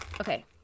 Okay